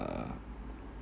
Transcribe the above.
uh